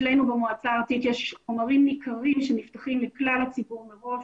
אצלנו במועצה הארצית יש חומרים ניכרים שנפתחים לכלל הציבור מראש,